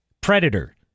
Predator